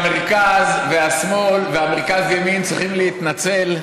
שהמרכז והשמאל והמרכז-הימין צריכים להתנצל,